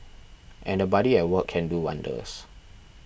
and a buddy at work can do wonders